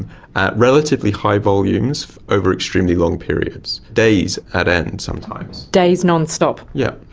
at relatively high volumes over extremely long periods, days at end sometimes. days non-stop. yes.